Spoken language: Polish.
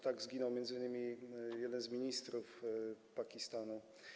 Tak zginął m.in. jeden z ministrów w Pakistanie.